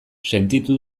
sentitu